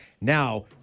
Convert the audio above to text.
Now